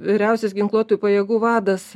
vyriausias ginkluotųjų pajėgų vadas